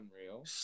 unreal